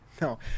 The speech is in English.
No